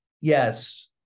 Yes